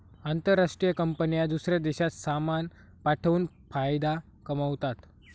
आंतरराष्ट्रीय कंपन्या दूसऱ्या देशात सामान पाठवून फायदा कमावतात